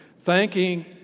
Thanking